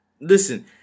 Listen